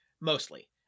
Mostly